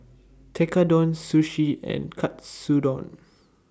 Tekkadon Sushi and Katsudon